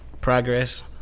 Progress